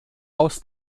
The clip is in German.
aus